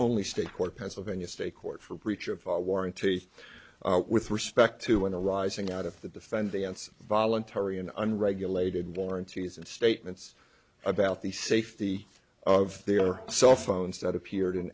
only state court pennsylvania state court for breach of warranty with respect to when the rising out of the defendants voluntary and unregulated warranties and statements about the safety of their cellphones that appeared in